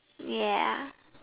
ya